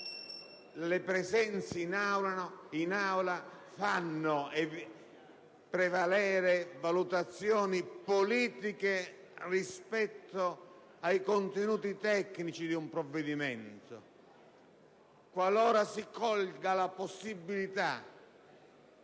presenze in Aula, così facendo prevalere valutazioni politiche rispetto ai contenuti tecnici di un provvedimento: qualora infatti si colga la possibilità